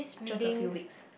just a few weeks